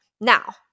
Now